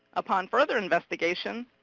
upon further investigation,